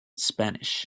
spanish